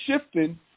shifting